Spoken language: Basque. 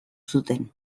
zuten